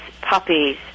puppies